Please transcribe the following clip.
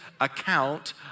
account